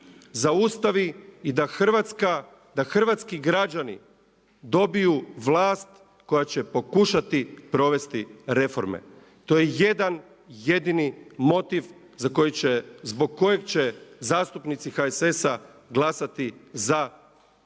Hrvatska, da hrvatski građani dobiju vlast koja će pokušati provesti reforme. To je jedan jedini motiv zbog kojeg će zastupnici HSS-a glasati za Hrvatsku